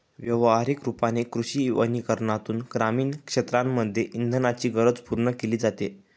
व्यवहारिक रूपाने कृषी वनीकरनातून ग्रामीण क्षेत्रांमध्ये इंधनाची गरज पूर्ण केली जाते